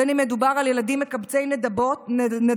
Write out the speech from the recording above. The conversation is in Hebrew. בין שמדובר על ילדים מקבצי נדבות,